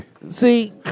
see